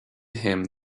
him